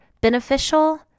beneficial